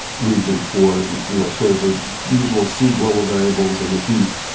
region for you know sort of the usual c global variables in the heap.